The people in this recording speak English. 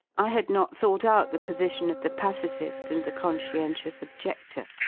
i had not thought out the position of the pacific and the con scientious objedlor,